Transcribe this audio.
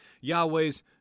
Yahweh's